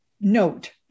note